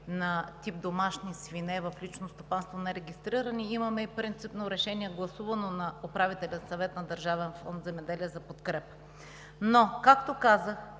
на тип „домашни свине“ в „лично стопанство“ – нерегистрирани, имаме и принципно решение, гласувано на Управителния съвет на Държавен фонд „Земеделие“, за подкрепа. Както казах